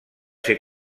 ser